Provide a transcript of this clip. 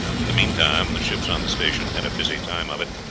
in the meantime the ships on the station had a busy time of it,